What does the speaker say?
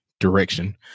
direction